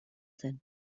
zen